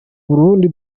burundi